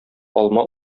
алма